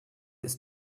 ist